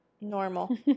normal